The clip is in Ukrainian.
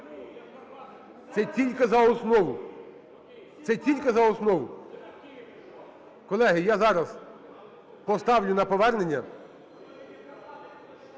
це тільки за основу. Колеги, я зараз поставлю на повернення.